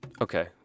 Okay